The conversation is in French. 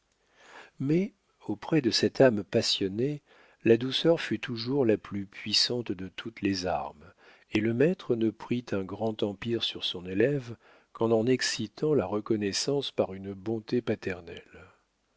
mais auprès de cette âme passionnée la douceur fut toujours la plus puissante de toutes les armes et le maître ne prit un grand empire sur son élève qu'en en excitant la reconnaissance par une bonté paternelle